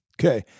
Okay